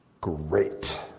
Great